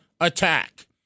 attack